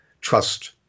trust